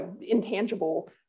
intangible